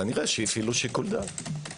כנראה שהפעילו שיקול דעת.